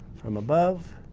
from above.